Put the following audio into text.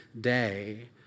day